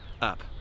up